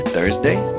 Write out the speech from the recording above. Thursday